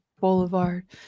Boulevard